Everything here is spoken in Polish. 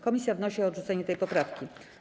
Komisja wnosi o odrzucenie tej poprawki.